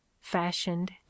fashioned